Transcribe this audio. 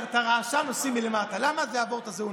למה את באה להתנגד?